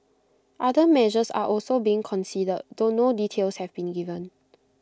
other measures are also being considered though no details have been given